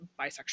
bisexual